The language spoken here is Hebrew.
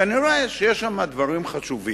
כנראה יש שם דברים חשובים.